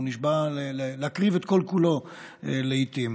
והוא נשבע להקריב את כל-כולו לעיתים.